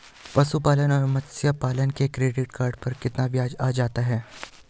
पशुपालन और मत्स्य पालन के क्रेडिट कार्ड पर कितना ब्याज आ जाता है?